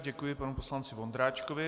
Děkuji panu poslanci Vondráčkovi.